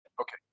Okay